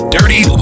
Dirty